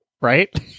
Right